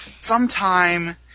sometime